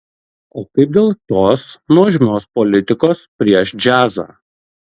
o kaip dėl tos nuožmios politikos prieš džiazą